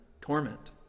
torment